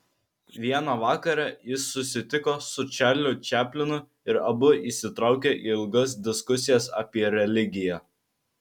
vieną vakarą jis susitiko su čarliu čaplinu ir abu įsitraukė į ilgas diskusijas apie religiją